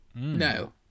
No